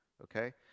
okay